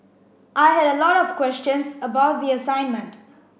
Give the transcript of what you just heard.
I had a lot of questions about the assignment